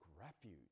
refuge